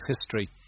history